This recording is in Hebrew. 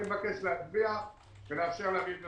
אני מבקש להצביע ולאפשר להביא את זה